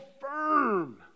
firm